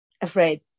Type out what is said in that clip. afraid